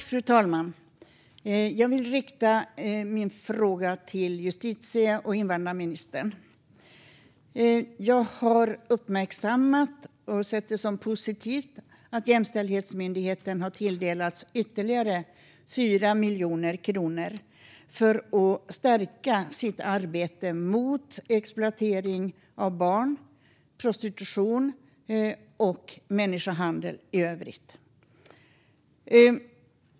Fru talman! Jag vill rikta min fråga till justitie och inrikesministern. Jag har uppmärksammat och sett det som positivt att Jämställdhetsmyndigheten har tilldelats ytterligare 4 miljoner kronor för att stärka sitt arbete mot exploatering av barn, prostitution och människohandel i övrigt.